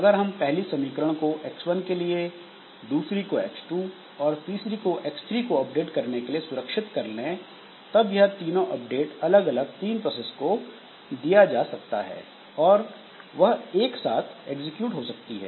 अगर हम पहली समीकरण को X1 के लिए दूसरी को X2 और तीसरी को X3 को अपडेट करने के लिए सुरक्षित कर लें तब यह तीनों अपडेट अलग अलग तीन प्रोसेस को दिया जा सकता है और वह एक साथ एग्जीक्यूट हो सकती है